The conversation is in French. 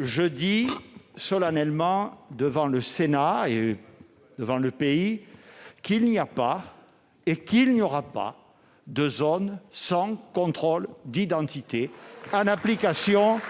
je dis solennellement devant le Sénat et devant le pays qu'il n'y a pas et qu'il n'y aura pas de zones sans contrôle d'identité, en application